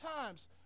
times